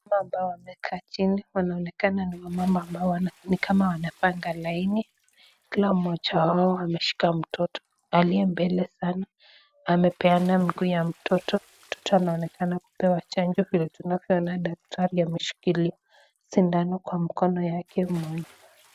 Mama ambao wamekaa chini wanaonekana ni wamama ambao ni kama wanapanga laini, kila mmoja wao ameshika mtoto, aliye mbele sana amepeana mguu ya mtoto, mtoto anaonekana kupewa chanjo vile tunavyoona daktari ameshikilia mkono yake moja.